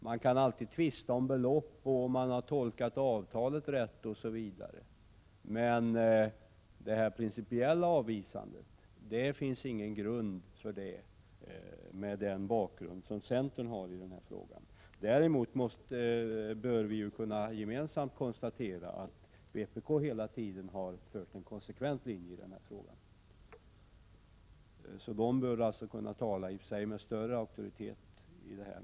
Man kan alltid tvista om belopp, om man har tolkat avtalet rätt osv., men Prot. 1986/87:89 detta principiella avvisande finns det ingen grund för, inte med den bakgrund 18 mars 1987 som centern har i den här frågan. Däremot bör vi gemensamt kunna konstatera att vpk hela tiden har fört en konsekvent linje. Dess företrädare bör alltså kunna tala om detta med större auktoritet.